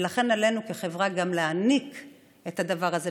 ולכן עלינו כחברה גם להעניק את הדבר הזה.